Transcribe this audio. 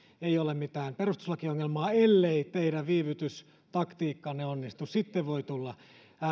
ei ole mitään perustuslakiongelmaa ellei teidän viivytystaktiikkanne onnistu sitten voi tulla